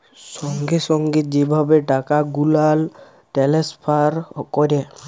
সঙ্গে সঙ্গে যে ভাবে টাকা গুলাল টেলেসফার ক্যরে